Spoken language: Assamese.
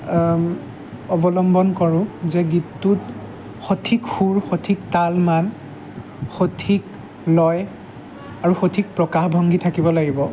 অৱলম্বন কৰোঁ যে গীতটোত সঠিক সুৰ সঠিক তাল মান সঠিক লয় আৰু সঠিক প্ৰকাশভংগী থাকিব লাগিব